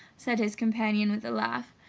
said his companion with a laugh.